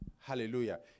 Hallelujah